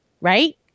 right